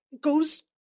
goes